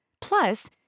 Plus